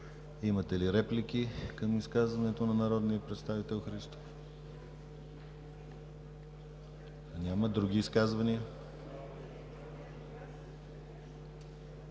Имате ли реплики към изказването на народния представител Христов? Няма. Други изказвания?